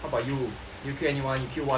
did you kill anyone you killed one only